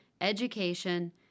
education